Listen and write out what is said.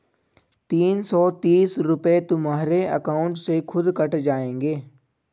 तीन सौ तीस रूपए तुम्हारे अकाउंट से खुद कट जाएंगे